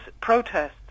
protests